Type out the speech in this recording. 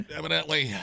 evidently